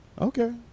Okay